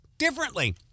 differently